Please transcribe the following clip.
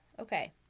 okay